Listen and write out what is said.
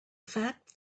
fact